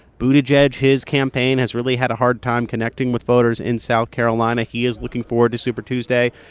buttigieg, his campaign has really had a hard time connecting with voters in south carolina. he is looking forward to super tuesday.